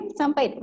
sampai